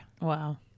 Wow